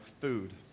food